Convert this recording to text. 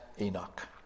Enoch